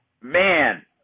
Man